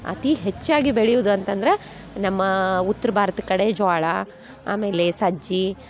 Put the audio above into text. ಅತಿ ಹೆಚ್ಚಾಗಿ ಬೆಳೆಯುವುದು ಅಂತಂದ್ರೆ ನಮ್ಮ ಉತ್ತರ ಭಾರತ ಕಡೆ ಜ್ವಾಳ ಆಮೇಲೆ ಸಜ್ಜಿ